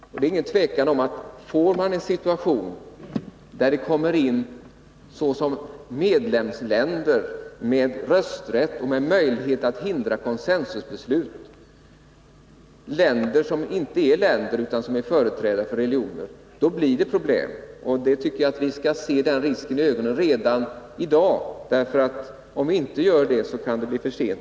Om en sådan situation uppstår att det såsom medlemsländer med rösträtt och möjlighet att hindra consensusbeslut kommer in ”länder” som inte är länder utan endast företrädare för religioner, då blir det problem. Jag tycker att vi skall vara medvetna om den risken redan i dag. Om vi inte är det nu, kan det bli för sent.